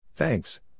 Thanks